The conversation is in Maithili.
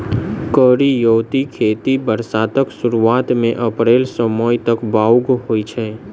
करियौती खेती बरसातक सुरुआत मे अप्रैल सँ मई तक बाउग होइ छै